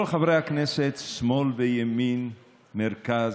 כל חברי הכנסת, שמאל וימין, מרכז,